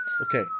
Okay